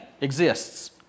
exists